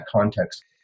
context